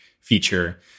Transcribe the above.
feature